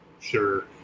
Sure